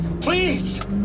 Please